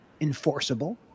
enforceable